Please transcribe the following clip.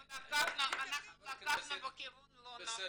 אנחנו לקחנו כיוון לא נכון.